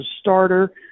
starter